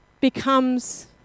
becomes